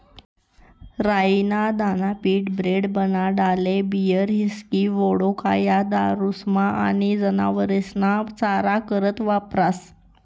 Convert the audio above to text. राई ना दाना पीठ, ब्रेड, बनाडाले बीयर, हिस्की, वोडका, या दारुस्मा आनी जनावरेस्ना चारा करता वापरास